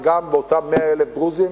וגם אותם 100,000 דרוזים,